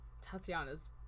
Tatiana's